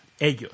Ellos